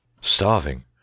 Starving